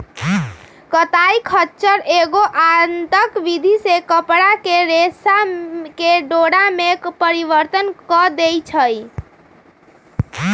कताई खच्चर एगो आंतर विधि से कपरा के रेशा के डोरा में परिवर्तन कऽ देइ छइ